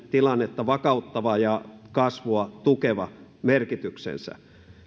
tilannetta vakauttava ja kasvua tukeva merkityksensä